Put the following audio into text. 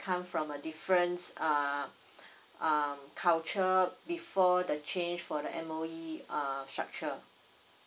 come from a differents uh um culture before the change for the M_O_E uh structure